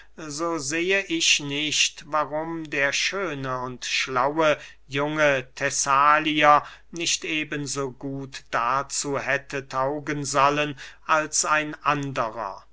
so sehe ich nicht warum der schöne und schlaue junge thessalier nicht eben so gut dazu hätte taugen sollen als ein anderer